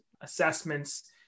assessments